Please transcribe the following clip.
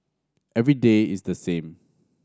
every day is the same